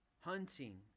hunting